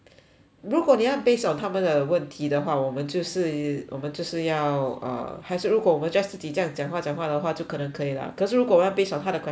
如果你要 based on 他们的问题的话我们就是我们就是要 uh 还是如果我们 just 自己这样讲话讲话的话就可能可以 lah 可是如果我们 based on 他的 question 的话